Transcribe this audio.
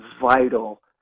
vital